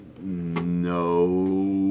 no